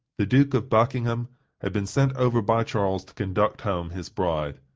the duke of buckingham had been sent over by charles to conduct home his bride.